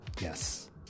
Yes